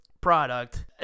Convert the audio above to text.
product